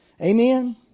Amen